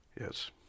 Yes